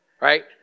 Right